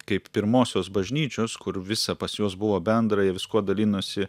kaip pirmosios bažnyčios kur visa pas juos buvo bendra jie viskuo dalinosi